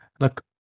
Look